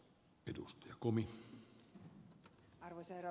arvoisa herra puhemies